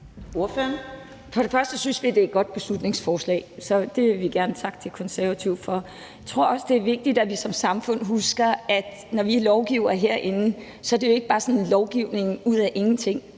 For det første synes vi, at det er et godt beslutningsforslag, så det vil vi gerne takke De Konservative for. Jeg tror også, at det er vigtigt, at vi som samfund husker, at når vi lovgiver herinde, er det jo ikke bare sådan lovgivning ud af ingenting.